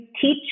teach